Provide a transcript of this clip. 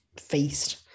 feast